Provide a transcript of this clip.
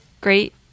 great